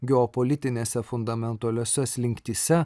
geopolitinėse fundamentaliose slinktyse